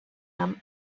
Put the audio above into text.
amb